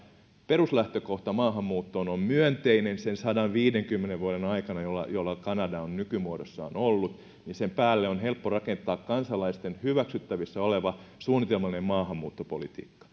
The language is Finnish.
peruslähtökohta maahanmuuttoon on myönteinen sen sadanviidenkymmenen vuoden aikana jonka kanada on nykymuodossaan ollut niin sen päälle on helppo rakentaa kansalaisten hyväksyttävissä oleva suunnitelmallinen maahanmuuttopolitiikka